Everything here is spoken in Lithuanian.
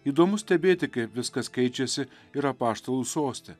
įdomu stebėti kaip viskas keičiasi ir apaštalų soste